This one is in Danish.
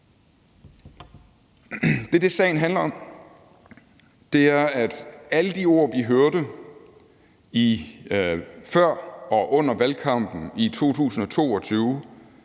Det er det, sagen handler om. Alle de ord, vi hørte før og under valgkampen i 2022